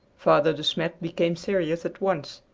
father de smet became serious at once.